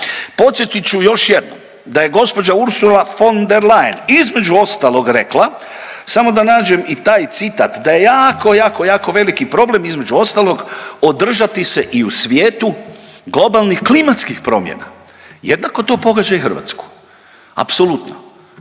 Podsjetit ću još jednom da je gđa. Ursula von der Leyen između ostalog rekla, samo da nađem i taj citat, da je jako, jako, jako veliki problem između ostalog održati se i u svijetu globalnih klimatskih promjena, jednako to pogađa i Hrvatsku apsolutno.